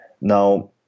Now